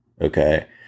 Okay